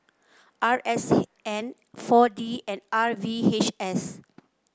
R S N four D and R V H S